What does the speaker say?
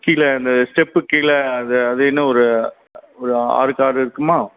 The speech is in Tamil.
கீழே அந்த ஸ்டெப்புக்கு கீழே அது அது என்ன ஒரு ஒரு ஆறுக்கு ஆறு இருக்குமா